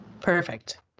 Perfect